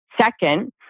Second